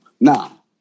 Now